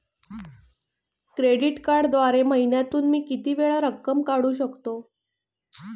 Credit कार्डद्वारे महिन्यातून मी किती वेळा रक्कम काढू शकतो?